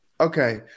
Okay